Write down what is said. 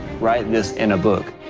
write this in a book.